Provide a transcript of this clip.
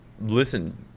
Listen